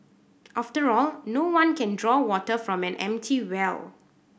after all no one can draw water from an empty well